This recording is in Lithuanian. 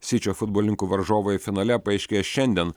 sičio futbolininkų varžovai finale paaiškės šiandien